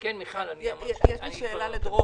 יש לי שאלה לדרור